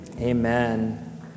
Amen